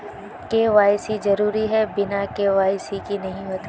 KYC जरुरी है बिना के.वाई.सी के नहीं होते?